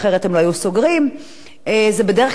זה בדרך כלל הקבוצות החזקות: